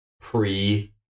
pre